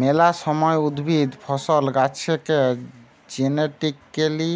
মেলা সময় উদ্ভিদ, ফসল, গাছেকে জেনেটিক্যালি